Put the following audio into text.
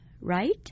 right